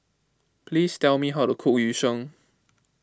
please tell me how to cook Yu Sheng